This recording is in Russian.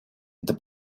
это